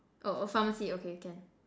oh oh pharmacy okay can